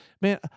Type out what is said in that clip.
man